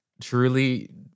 truly